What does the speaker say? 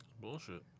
Bullshit